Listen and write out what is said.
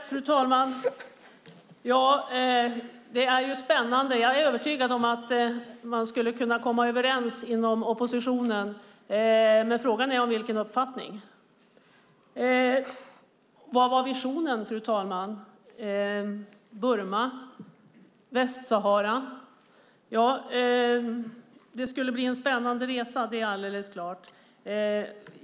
Fru talman! Det här är spännande. Jag är övertygad om att man kan komma överens inom oppositionen, men frågan är om vilken uppfattning. Vad var visionen? Burma och Västsahara - det skulle bli en spännande resa. Det är alldeles klart.